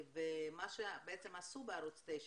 מה שעשו בערוץ 9,